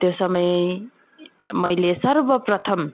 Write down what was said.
त्यो समय मैले सर्वप्रथम